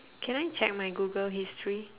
can I check my google history